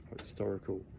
Historical